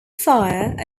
fire